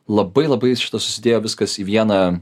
labai labai šitas susidėjo viskas į vieną